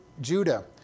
Judah